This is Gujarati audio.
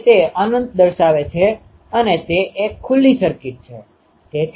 હું ઇન્ટર એલિમેન્ટ અંતરમાં ફેરફાર કરી શકું છું